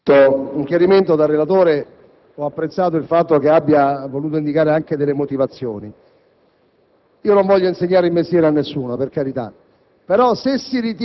un chiarimento al relatore, del quale ho apprezzato il fatto che abbia voluto indicare anche delle motivazioni. Non voglio insegnare il mestiere a nessuno, per carità,